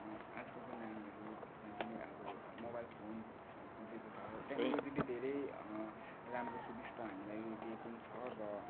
आजकलको नानीहरू साँच्चि नै अब माबाइल फोन्स् जुन चाहिँको छ टेक्नोलोजीले धेरै राम्रो सुविस्ता हामीलाई दिएको पनि छ र